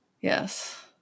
yes